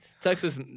Texas